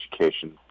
education